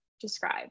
describe